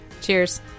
Cheers